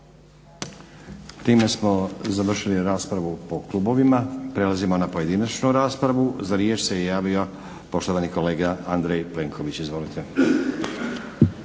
Time smo završili raspravu po klubovima. Prelazimo na pojedinačnu raspravu. Za riječ se javio poštovani kolega Andrej Plenković. Izvolite.